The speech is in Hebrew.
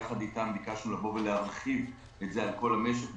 ביחד איתם ביקשנו להרחיב את זה על כל המשק,